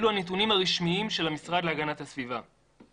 אלו הנתונים הרשמיים של המשרד להגנת הסביבה.